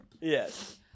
Yes